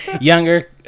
younger